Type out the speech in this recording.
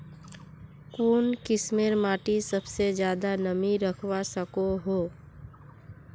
कुन किस्मेर माटी सबसे ज्यादा नमी रखवा सको हो?